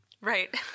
Right